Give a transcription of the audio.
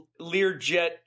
Learjet